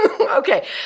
Okay